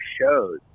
shows